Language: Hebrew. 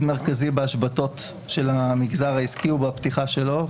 מרכזי בהשבתות של המגזר העסקי ובפתיחה שלו.